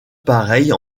pareille